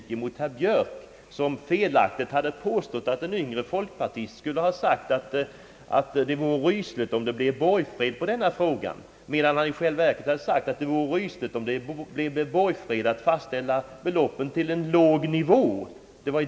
Herr Björk har felaktigt påstått att en yngre folkpartist sagt, att det vore rysligt med borgfred i u-landsfrågan, medan han i själva verket hade sagt, att det vore rysligt att skapa borgfred kring en för låg nivå.